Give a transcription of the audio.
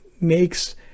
makes